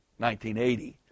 1980